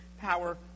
power